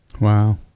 Wow